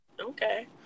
Okay